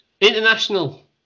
International